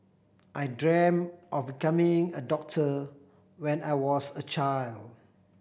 I dreamt of becoming a doctor when I was a child